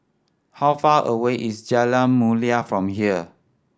how far away is Jalan Mulia from here